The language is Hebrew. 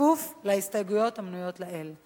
בכפוף להסתייגויות המנויות לעיל.